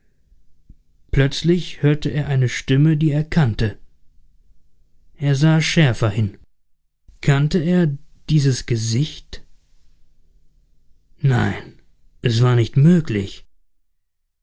plötzlich hörte er eine stimme die er kannte er sah schärfer hin kannte er dieses gesicht nein es war nicht möglich